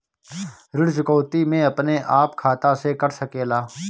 ऋण चुकौती अपने आप खाता से कट सकेला?